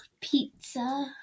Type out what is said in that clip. Pizza